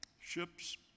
ships